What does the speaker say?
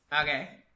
Okay